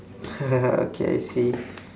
okay I see